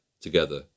Together